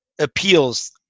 appeals